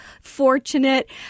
fortunate